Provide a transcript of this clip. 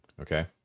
Okay